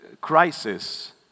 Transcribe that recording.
crisis